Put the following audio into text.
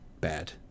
Bad